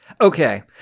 Okay